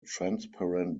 transparent